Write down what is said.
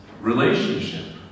relationship